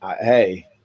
Hey